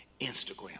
Instagram